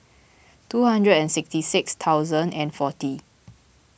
two hundred and sixty six thousand and forty